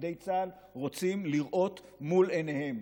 מפקדי צה"ל, רוצים לראות מול עיניהם.